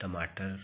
टमाटर